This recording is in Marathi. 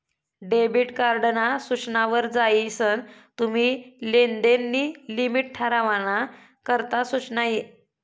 डेबिट कार्ड ना सूचना वर जायीसन तुम्ही लेनदेन नी लिमिट ठरावाना करता सुचना यी